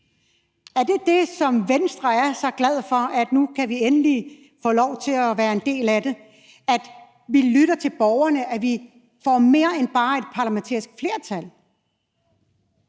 Er det det, som Venstre er så glad for, altså at nu kan de endelig få lov til at være en del af det, at vi lytter til borgerne, og at vi får mere end bare et parlamentarisk flertal?